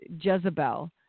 Jezebel